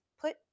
put